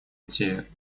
эти